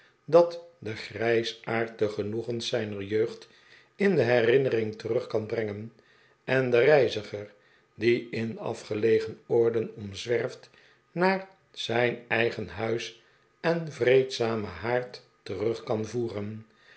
dat den grijsaard de genoegens zijner jeugd in de herinnering terug kan brengen en den reiziger die in afgelegen oorden omzwerft naar zijn eigen huis en vreedzamen haard terug kan voeren